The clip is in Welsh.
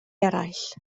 eraill